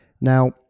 Now